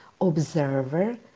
observer